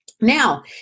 Now